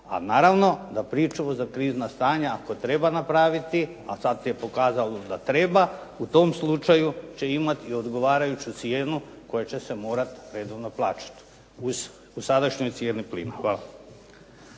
a naravno da pričuvu za krizna stanja ako treba napraviti, a sad se pokazalo da treba u tom slučaju će imati i odgovarajuću cijenu koja će se morati redovno plaćati u sadašnjoj cijeni plina. Hvala.